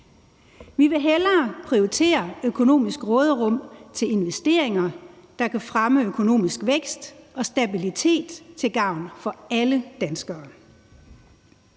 Vi vil hellere prioritere økonomisk råderum til investeringer, der kan fremme økonomisk vækst og stabilitet til gavn for alle danskere.